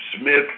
Smith